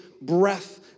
breath